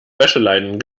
wäscheleinen